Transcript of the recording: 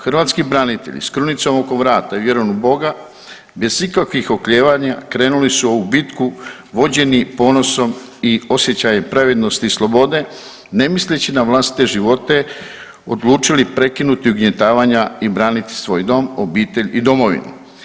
Hrvatski branitelji s krunicom oko vrata i vjerom u Boga bez ikakvih oklijevanja krenuli su u ovu bitku vođeni ponosom i osjećajem pravednosti i slobode ne misleći na vlastite živote odlučili prekinuti ugnjetavanja i braniti svoj dom, obitelj i domovinu.